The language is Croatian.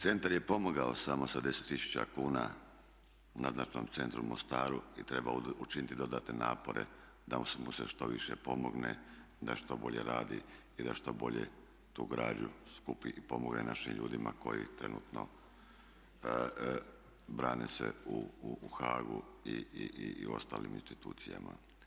Centar je pomogao samo sa 10 000 kuna naznačnom centru Mostaru i treba učiniti dodatne napore da mu se što više pomogne da što bolje radi i da što bolje tu građu skupi i pomogne našim ljudima koji trenutno brane se u Haagu i ostalim institucijama.